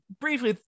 briefly